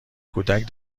کودک